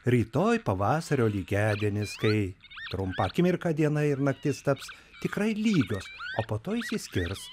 rytoj pavasario lygiadienis kai trumpą akimirką diena ir naktis taps tikrai lygos o po to išsiskirs